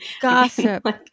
Gossip